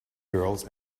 girls